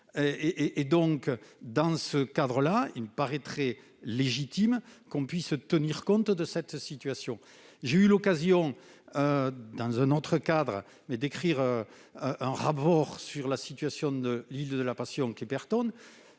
ou alors très peu. Il me paraît donc légitime que l'on puisse tenir compte de cette situation. J'ai eu l'occasion, dans un autre cadre, de rédiger un rapport sur la situation de l'île de la Passion-Clipperton.